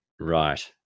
Right